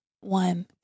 one